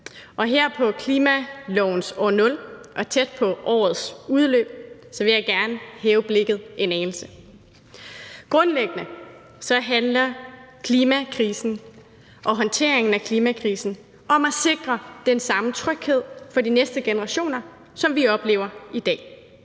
her på klimalovens år nul og tæt på årets udløb vil jeg gerne hæve blikket en anelse. Grundlæggende handler klimakrisen og håndteringen af klimakrisen om at sikre den samme tryghed for de næste generationer, som vi oplever i dag.